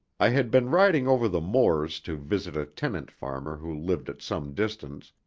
i had been riding over the moors to visit a tenant-farmer who lived at some distance,